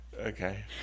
Okay